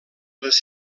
les